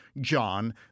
John